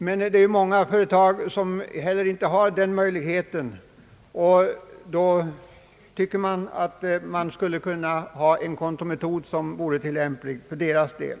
Men många företag har inte den möjligheten, och då tycker man att det skulle kunna finnas en kontometod som vore tillämplig för deras del.